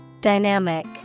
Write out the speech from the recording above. Dynamic